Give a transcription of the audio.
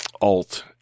Alt